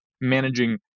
managing